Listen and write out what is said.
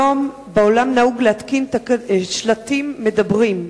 היום בעולם נהוג להתקין שלטים מדברים.